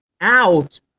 out